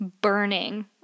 burning